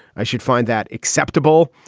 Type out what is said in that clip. i should find that acceptable.